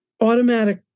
automatic